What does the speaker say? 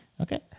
Okay